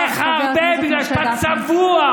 אבל עליך, הרבה, בגלל שאתה צבוע.